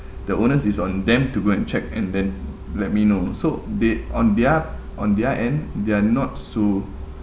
the owners it's on them to go and check and then let me know so they on their on their end they're not so